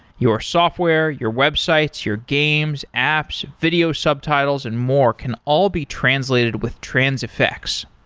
your software, your websites, your games, apps, video subtitles and more can all be translated with transifex.